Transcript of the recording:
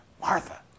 Martha